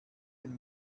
den